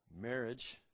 Marriage